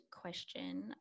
question